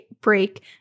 break